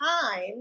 time